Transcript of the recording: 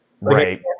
Right